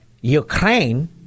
Ukraine